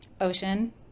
Ocean